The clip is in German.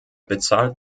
bezahlt